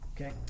Okay